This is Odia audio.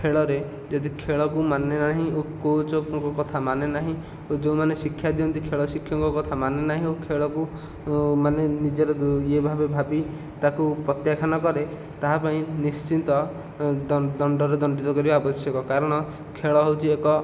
ଖେଳରେ ଯଦି ଖେଳକୁ ମାନେ ନାହିଁ ଓ କୋଚ୍ଙ୍କ କଥା ମାନେ ନାହିଁ ଓ ଯେଉଁମାନେ ଶିକ୍ଷା ଦିଅନ୍ତି ଖେଳ ଶିକ୍ଷକ କଥା ମାନେ ନାହିଁ ଓ ଖେଳକୁ ମାନେ ନିଜର ଇଏ ଭାବେ ଭାବି ତାକୁ ପ୍ରତ୍ୟାଖ୍ୟାନ କରେ ତାହାପାଇଁ ନିଶ୍ଚିନ୍ତ ଦଣ୍ଡରେ ଦଣ୍ଡିତ କରିବା ଆବଶ୍ୟକ କାରଣ ଖେଳ ହେଉଛି ଏକ